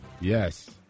Yes